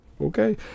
okay